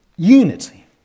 unity